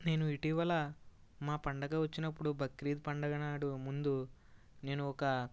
నేను ఇటీవల మా పండగ వచ్చినప్పుడు బక్రీద్ పండగ నాడు ముందు నేను ఒక